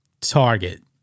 Target